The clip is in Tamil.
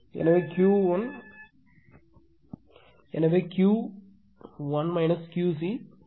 எனவே Ql QC 205